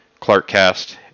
ClarkCast